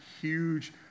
huge